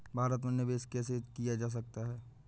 भारत में निवेश कैसे किया जा सकता है?